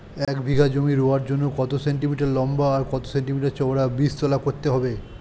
এক বিঘা জমি রোয়ার জন্য কত সেন্টিমিটার লম্বা আর কত সেন্টিমিটার চওড়া বীজতলা করতে হবে?